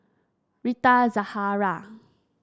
Rita Zahara